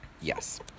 Yes